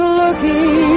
looking